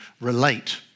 relate